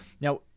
Now